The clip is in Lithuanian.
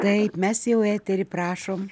taip mes jau etery prašom